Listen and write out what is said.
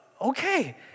okay